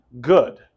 good